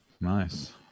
nice